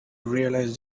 realise